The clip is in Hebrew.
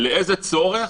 לאיזה צורך